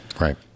Right